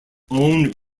own